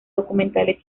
documentales